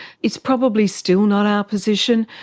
it's probably still not our position.